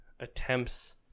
Attempts